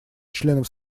членов